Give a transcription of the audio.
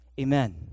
Amen